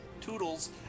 toodles